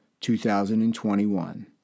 2021